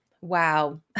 wow